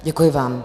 Děkuji vám.